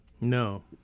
No